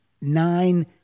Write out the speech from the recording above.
nine